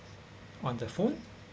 wonderful